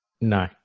No